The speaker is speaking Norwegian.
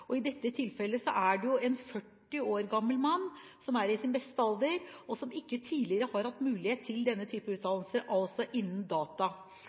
er det en 40 år gammel mann som er i sin beste alder, og som ikke tidligere har hatt mulighet til denne typen utdannelse, altså innen data.